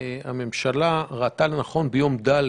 הממשלה ראתה לנכון להעביר ביום ד',